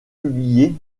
publiés